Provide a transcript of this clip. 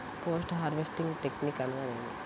Post harvesting technique అనగా నేమి?